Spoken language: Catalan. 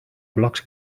blocs